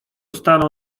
stanął